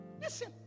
Listen